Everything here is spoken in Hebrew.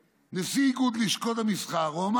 נשיא איגוד לשכות המסחר, דיבר, ואני מצטט.